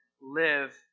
live